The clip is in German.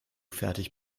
fertig